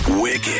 Wicked